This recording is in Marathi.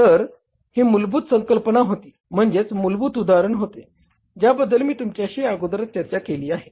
तर ही मूलभूत संकल्पना होती म्हणजेच मूलभूत उदाहरण होते ज्याबद्दल मी तुमच्याशी अगोदरच चर्चा केली आहे